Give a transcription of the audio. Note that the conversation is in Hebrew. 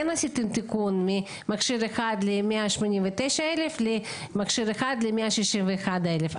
כן עשיתם תיקון ממכשיר אחד ל-189 אלף למכשיר אחד ל-161 אלף,